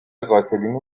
قاتلین